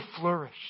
flourish